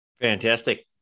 Fantastic